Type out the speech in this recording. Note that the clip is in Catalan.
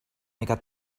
mica